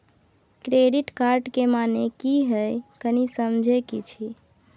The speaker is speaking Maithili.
क्रेडिट कार्ड के माने की हैं, कनी समझे कि छि?